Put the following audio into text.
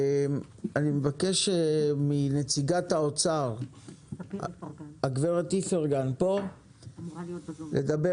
אני מבקש מנציגת האוצר הגב' איפרגן לדבר